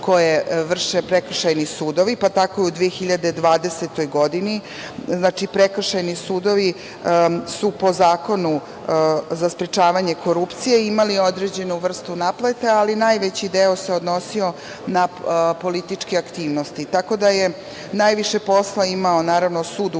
koje vrše prekršajni sudovi. Tako u 2020. godini prekršajni sudovi su po Zakonu za sprečavanje korupcije imali određenu vrstu naplata, ali najveći deo se odnosio na političke aktivnosti. Tako da je najviše posla imao naravno sud